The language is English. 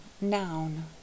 noun